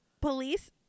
police